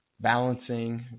balancing